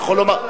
אני אוכל להשיב.